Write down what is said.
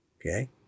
Okay